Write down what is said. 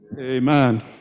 Amen